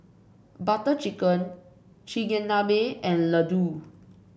Butter Chicken Chigenabe and Ladoo